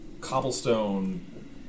cobblestone